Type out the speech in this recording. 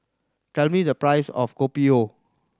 tell me the price of Kopi O